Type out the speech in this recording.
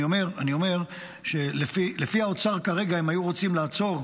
אני אומר שלפי האוצר כרגע, הם היו רוצים לעצור.